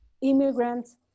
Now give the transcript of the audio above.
immigrants